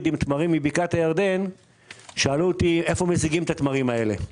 עם תמרים מבקעת הירדן שאלו אותי איפה משיגים את התמרים האלה.